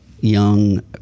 young